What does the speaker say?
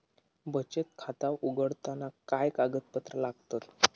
बचत खाता उघडताना काय कागदपत्रा लागतत?